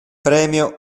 premio